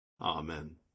Amen